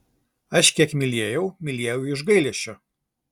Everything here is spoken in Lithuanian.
aš kiek mylėjau mylėjau iš gailesčio